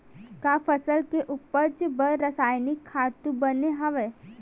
का फसल के उपज बर रासायनिक खातु बने हवय?